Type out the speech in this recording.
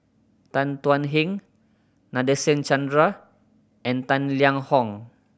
Tan Thuan Heng Nadasen Chandra and Tang Liang Hong